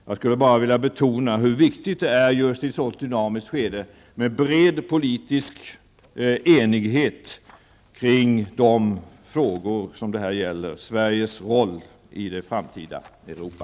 Jag vill bara betona hur viktigt det är i ett sådant dynamiskt skede med bred politisk enighet kring de frågor som det här gäller: Sveriges roll i det framtida Europa.